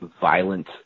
violent